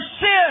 sin